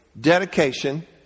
dedication